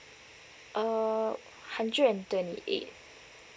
uh hundred and twenty-eight